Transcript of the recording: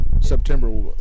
September